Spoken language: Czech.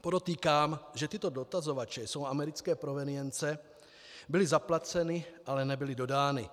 Podotýkám, že tyto dotazovače jsou americké provenience, byly zaplaceny, ale nebyly dodány.